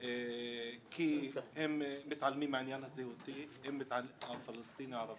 כי הן מתעלמות מהעניין הזהותי הפלשתיני-ערבי,